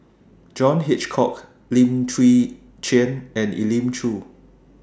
John Hitchcock Lim Chwee Chian and Elim Chew